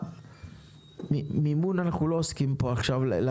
אנחנו לא עוסקים במימון; אנחנו לא